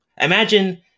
Imagine